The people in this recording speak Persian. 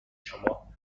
شما